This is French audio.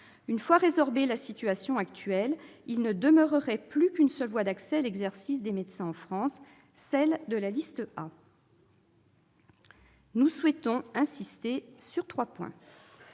une fois résorbée la situation actuelle, il ne demeurerait plus qu'une seule voie d'accès à l'exercice des médecins en France, celle de la liste A. Nous souhaitons insister sur trois points.